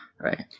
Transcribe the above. Right